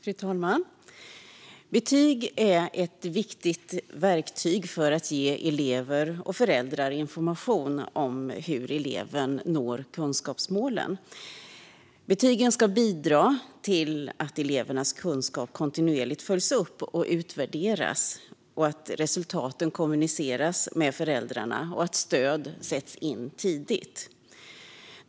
Fru talman! Betyg är ett viktigt verktyg för att ge elever och föräldrar information om hur eleven når kunskapsmålen. Betygen ska bidra till att elevernas kunskaper kontinuerligt följs upp och utvärderas, att resultaten kommuniceras med föräldrarna och att stöd sätts in tidigt.